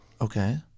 Okay